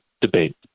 debate